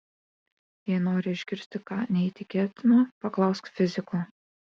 jei nori išgirsti ką neįtikėtino paklausk fiziko